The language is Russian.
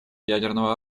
ядерного